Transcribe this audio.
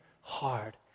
hard